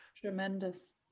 Tremendous